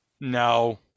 No